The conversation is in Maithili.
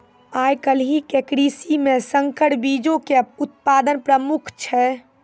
आइ काल्हि के कृषि मे संकर बीजो के उत्पादन प्रमुख छै